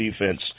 defense